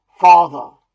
Father